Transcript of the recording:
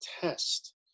test